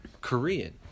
Korean